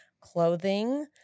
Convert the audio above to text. clothing